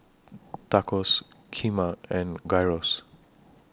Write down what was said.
Tacos Kheema and Gyros